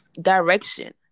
direction